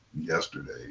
yesterday